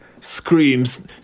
screams